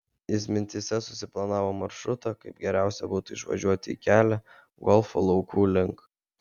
jis mintyse susiplanavo maršrutą kaip geriausia būtų išvažiuoti į kelią golfo laukų link